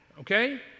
okay